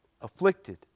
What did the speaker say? afflicted